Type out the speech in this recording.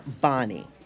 Bonnie